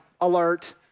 alert